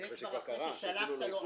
זה כבר עבירה.